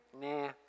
Nah